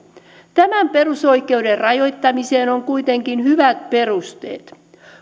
tämän perusoikeuden rajoittamiseen on kuitenkin hyvät perusteet